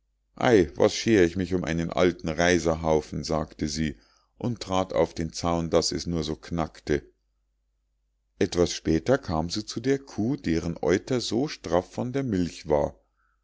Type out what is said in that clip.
ei was scher ich mich um einen alten reiserhaufen sagte sie und trat auf den zaun daß es nur so knackte etwas später kam sie zu der kuh deren euter so straff von der milch war